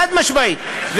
חד-משמעית.